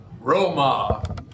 Roma